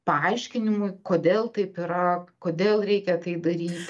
paaiškinimui kodėl taip yra kodėl reikia tai daryti